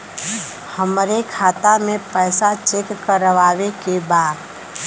हमरे खाता मे पैसा चेक करवावे के बा?